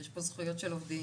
ויש פה זכויות של עובדים.